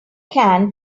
can